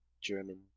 German